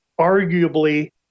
Arguably